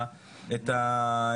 ואנחנו על זה.